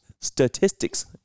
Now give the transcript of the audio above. statistics